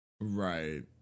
Right